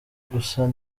gusa